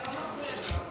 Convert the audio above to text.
אם אנחנו לא נדבר לגופו של